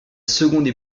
seconde